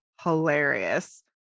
hilarious